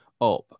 up